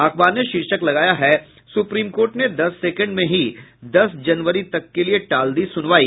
अखबार ने शीर्षक लगाया है सुप्रीम कोर्ट ने दस सेकंड में ही दस जनवरी तक के लिये टाल दी सुनवाई